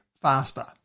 Faster